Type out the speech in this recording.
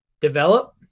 Develop